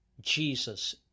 Jesus